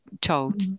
told